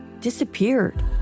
disappeared